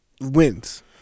wins